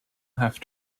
have